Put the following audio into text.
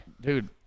Dude